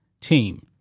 team